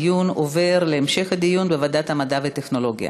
הנושא עובר להמשך דיון בוועדת המדע והטכנולוגיה.